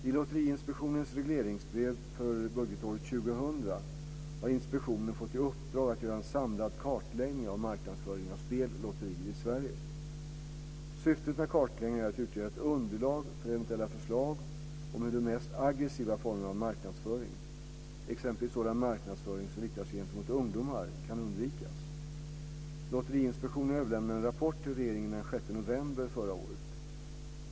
I Lotteriinspektionens regleringsbrev för budgetåret 2000 har inspektionen fått i uppdrag att göra en samlad kartläggning av marknadsföringen av spel och lotterier i Sverige. Syftet med kartläggningen är att utgöra ett underlag för eventuella förslag om hur de mest aggressiva formerna av marknadsföring, exempelvis sådan marknadsföring som riktar sig gentemot ungdomar, kan undvikas. Lotteriinspektionen överlämnade en rapport till regeringen den 6 november 2000.